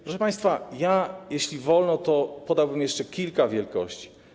Proszę państwa, jeśli wolno, podałbym jeszcze kilka wielkości.